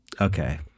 Okay